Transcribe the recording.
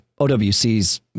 OWC's